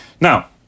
Now